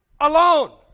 alone